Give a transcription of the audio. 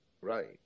Right